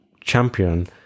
champion